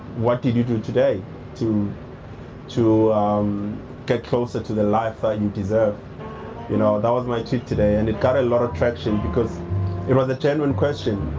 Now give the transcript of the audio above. what did you do today to to get closer to the life that you deserve? you know that was my tweet today, and it got a lot of traction because it was a genuine question.